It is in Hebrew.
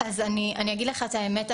אני אגיד לך את האמת,